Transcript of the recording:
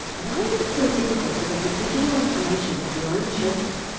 why is it so difficult to get the digital information of your own children?